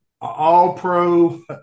all-pro